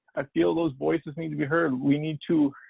ah feel those voices need to be heard. we need to